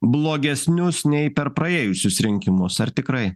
blogesnius nei per praėjusius rinkimus ar tikrai